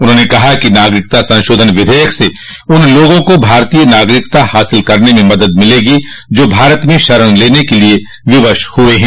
उन्होंने कहा कि नागरिकता संशोधन विधेयक से उन लोगों को भारतीय नागरिकता हासिल करने में मदद मिलेगी जो भारत में शरण लेने के लिए विवश हुए हैं